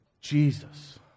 Jesus